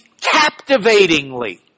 captivatingly